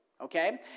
Okay